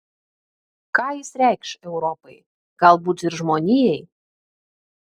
ką jis reikš europai galbūt ir žmonijai